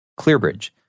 ClearBridge